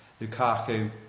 Lukaku